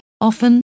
often